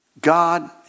God